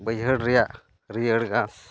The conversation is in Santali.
ᱵᱟᱹᱭᱦᱟᱹᱲ ᱨᱮᱭᱟᱜ ᱦᱟᱹᱨᱭᱟᱹᱲ ᱜᱷᱟᱥ